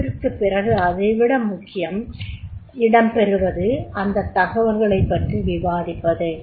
ஆய்விற்குப் பிறகு அதைவிட முக்கிய இடம் பெறுவது அந்த தகவல்களை பற்றி விவாதிப்பது